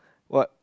what